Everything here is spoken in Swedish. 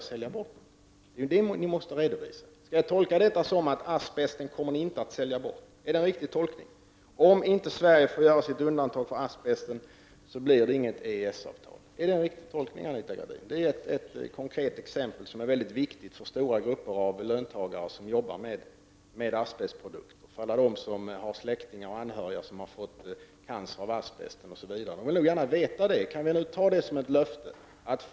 Det är det som ni måste redovisa. Skall jag tolka uttalandena här så, att ni inte kommer att så att säga sälja bort asbesten? Det blir inget EES-avtal om Sverige inte får igenom sitt krav på undantag för asbesten. Är det en riktig tolkning, Anita Gradin? Detta är ett konkret exempel. Men det här är väldigt viktigt för stora grupper av löntagare som jobbar med asbestprodukter och för alla dem som har anhöriga eller släktingar som har fått cancer till följd av hantering med asbest, osv. De här människorna skulle nog gärna vilja veta hur det förhåller sig.